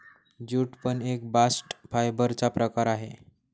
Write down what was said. jute पण एक bast fibre चा प्रकार आहे